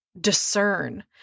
Discern